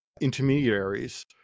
intermediaries